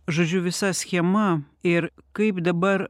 žodžiu visa schema ir kaip dabar